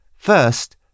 First